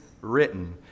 written